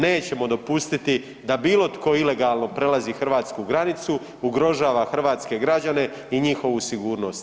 Nećemo dopustiti da bilo tko ilegalno prelazi hrvatsku granicu, ugrožava hrvatske građane i njihovu sigurnost.